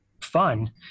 fun